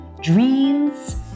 dreams